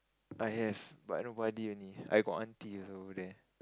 I have but I no money only I got auntie also over there